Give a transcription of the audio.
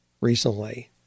recently